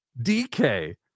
DK